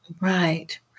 Right